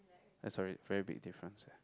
uh sorry very big difference